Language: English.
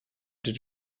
did